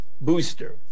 booster